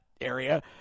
area